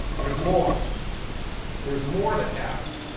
there's more there's more that happens.